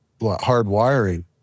hardwiring